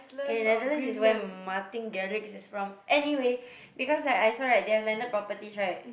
and Netherlands is where Martin-Garrix is from anyway because like I saw right they have landed properties right